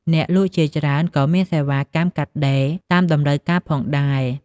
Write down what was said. អ្នកលក់ជាច្រើនក៏មានសេវាកម្មកាត់ដេរតាមតម្រូវការផងដែរ។